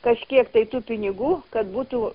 kažkiek tai tų pinigų kad būtų